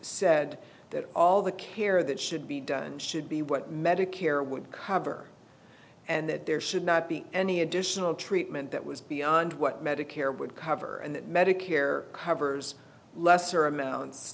said that all the care that should be done should be what medicare would cover and that there should not be any additional treatment that was beyond what medicare would cover and that medicare covers lesser amounts